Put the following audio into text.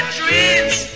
dreams